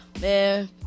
man